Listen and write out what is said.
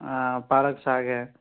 پالک ساگ ہے